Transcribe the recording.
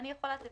אני יכולה לתת